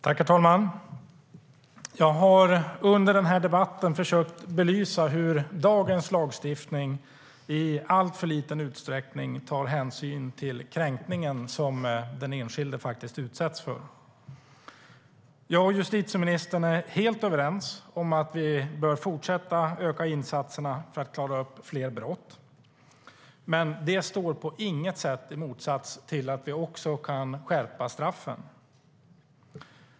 STYLEREF Kantrubrik \* MERGEFORMAT Svar på interpellationerJustitieministern och jag är helt överens om att vi bör fortsätta att öka insatserna för att klara upp fler brott. Men det står på inget sätt i motsats till att vi också kan skärpa straffen.